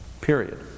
Period